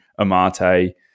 Amate